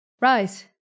Rise